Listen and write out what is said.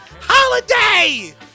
holiday